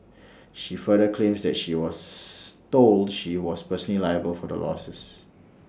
she further claims that she was told she was personally liable for the losses